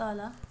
तल